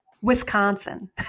Wisconsin